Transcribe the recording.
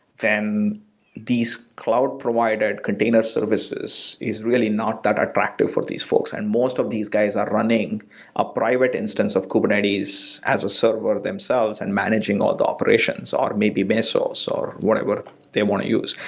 then these cloud provided container services is really not that attractive for these folks. and most of these guys are running a private instance of kubernetes as a server themselves and managing all the operations. or maybe mesos or whatever they want to use.